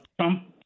Trump